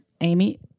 Amy